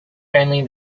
only